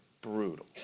brutal